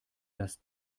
das